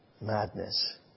Madness